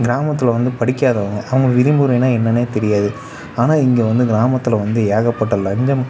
கிராமத்தில் வந்து படிக்காதவங்க அவங்களுக்கு விதிமுறைன்னால் என்னனே தெரியாது ஆனால் இங்கே வந்து கிராமத்தில் வந்து ஏகப்பட்ட லஞ்சம்